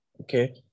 Okay